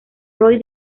roy